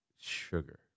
sugar